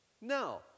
No